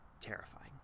terrifying